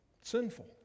Sinful